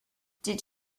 did